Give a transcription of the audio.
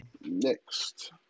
next